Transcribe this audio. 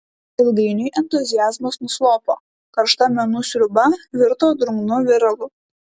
ilgainiui entuziazmas nuslopo karšta menų sriuba virto drungnu viralu